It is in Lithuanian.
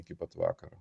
iki pat vakaro